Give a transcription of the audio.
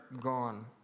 gone